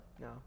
No